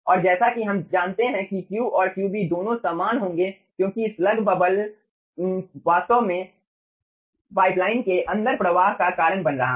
और जैसा कि हम जानते हैं कि Q और Qb दोनों समान होंगे क्योंकि स्लग बबल वास्तव में पाइपलाइन के अंदर प्रवाह का कारण बन रहा है